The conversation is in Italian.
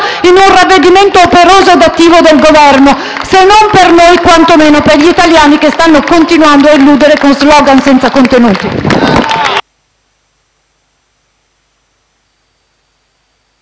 in un ravvedimento operoso e attivo del Governo, se non per noi, quantomeno per gli italiani che stanno continuando a illudere con *slogan* senza contenuti.